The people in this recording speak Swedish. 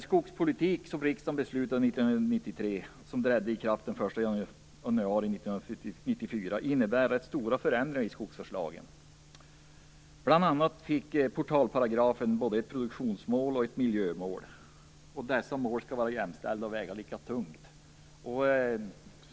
1993 och som trädde i kraft den 1 januari 1994 innebär rätt stora förändringar i skogsvårdslagen. Bl.a. fick portalparagrafen både ett produktionsmål och ett miljömål, och dessa mål skall vara jämställda och väga lika tungt.